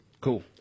Cool